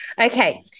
Okay